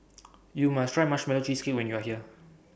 YOU must Try Marshmallow Cheesecake when YOU Are here